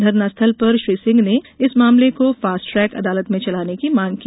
धरनास्थल पर श्री सिंह ने इस मामले को फास्टट्रेक अदालत में चलाने की मांग की